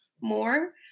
more